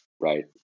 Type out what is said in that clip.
right